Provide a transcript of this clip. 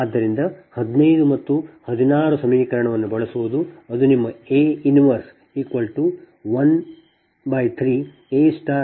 ಆದ್ದರಿಂದ 15 ಮತ್ತು 16 ಸಮೀಕರಣವನ್ನು ಬಳಸುವುದು ಇದು ನಿಮ್ಮA 113AT ಇದು ಸಮೀಕರಣ 17